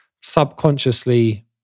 subconsciously